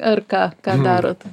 ar ką ką darote